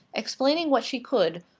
explaining what she could,